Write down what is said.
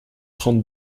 trente